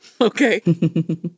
Okay